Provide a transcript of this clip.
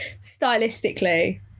stylistically